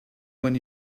when